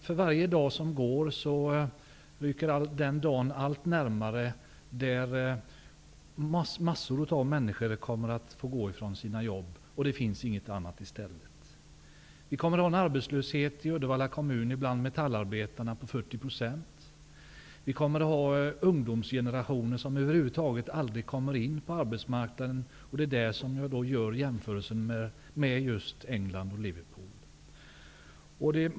För varje dag som går rycker den dag allt närmare då massor av människor kommer att få gå från sina jobb, och det finns inga andra jobb i stället. bland metallarbetarna. Vi kommer att ha en ungdomsgeneration, som över huvud taget aldrig kommer in på arbetsmarknaden. Det är med tanke på det som jag gör jämförelsen med England och just Liverpool.